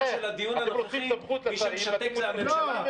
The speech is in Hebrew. של הדיון הנוכחי מי שמשתק זה הממשלה ולא הפקידים.